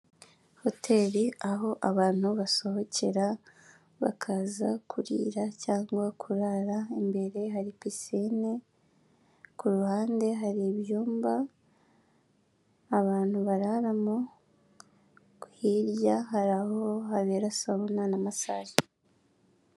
Hoteli, aho abantu basohokera, bakaza kurira cyangwa kurara, imbere hari pisine, ku ruhande hari ibyumba abantu bararamo, hirya hari aho habera sawuna na masaje.